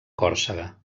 còrsega